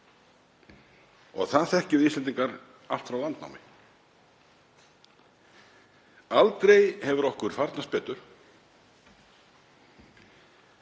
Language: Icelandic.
Það þekkjum við Íslendingar allt frá landnámi. Aldrei hefur okkur farnast betur